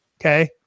okay